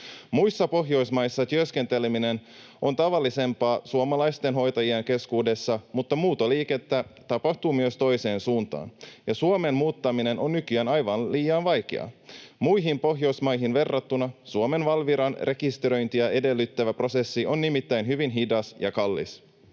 Muissa Pohjoismaissa työskenteleminen on tavallisempaa suomalaisten hoitajien keskuudessa, mutta muuttoliikettä tapahtuu myös toiseen suuntaan, ja Suomeen muuttaminen on nykyään aivan liian vaikeaa. Muihin Pohjoismaihin verrattuna Suomen Valviran rekisteröintiä edellyttävä prosessi on nimittäin hyvin hidas ja kallis.